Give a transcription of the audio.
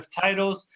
titles